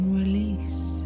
release